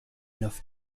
enough